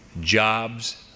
Jobs